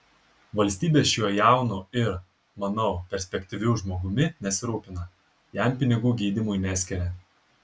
valstybė šiuo jaunu ir manau perspektyviu žmogumi nesirūpina jam pinigų gydymui neskiria